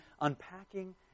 unpacking